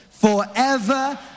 forever